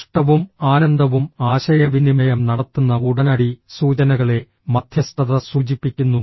ഇഷ്ടവും ആനന്ദവും ആശയവിനിമയം നടത്തുന്ന ഉടനടി സൂചനകളെ മധ്യസ്ഥത സൂചിപ്പിക്കുന്നു